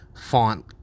font